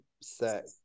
set